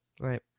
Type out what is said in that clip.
Right